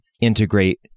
integrate